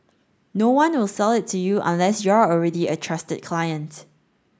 no one will sell it to you unless you're already a trusted client